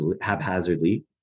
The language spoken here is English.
haphazardly